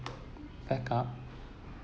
back up